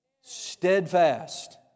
Steadfast